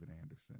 Anderson